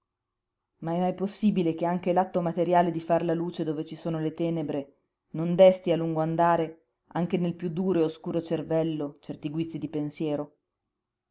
ma è mai possibile che anche l'atto materiale di far la luce dove ci sono le tenebre non desti a lungo andare anche nel piú duro e oscuro cervello certi guizzi di pensiero